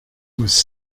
was